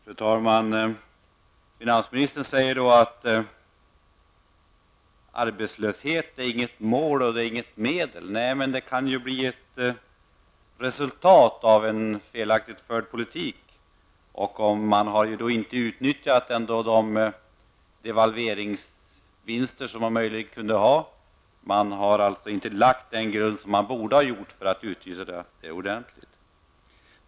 Fru talman! Finansministern säger att arbetslöshet inte är något mål eller något medel. Nej, men det kan bli resultatet av en felaktigt förd politik, när man inte unyttjat de devalveringsvinster som man möjligen kunde ha. Man har alltså inte lagt den grund man borde ha gjort för att utnyttja dem ordentligt.